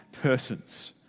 persons